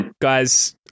Guys